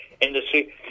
industry